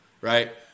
right